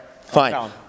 fine